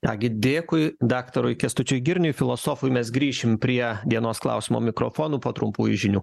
ką gi dėkui daktarui kęstučiui girniui filosofui mes grįšim prie dienos klausimo mikrofonų po trumpųjų žinių